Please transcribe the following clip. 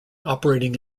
operating